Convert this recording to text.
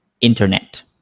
internet